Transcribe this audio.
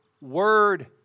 word